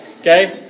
Okay